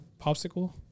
popsicle